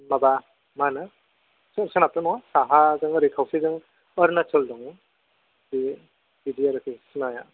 माबा माहोनो सरि सोनाबजों नङा साहाजों ओरै खवसेजों अरुनाचल दङ बे बिदि आरोखि सिमाया